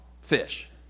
fish